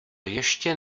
ještě